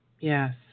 Yes